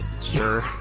Sure